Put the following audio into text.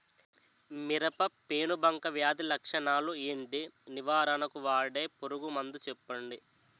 మిరప పెనుబంక వ్యాధి లక్షణాలు ఏంటి? నివారణకు వాడే పురుగు మందు చెప్పండీ?